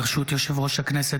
ברשות יושב-ראש הכנסת,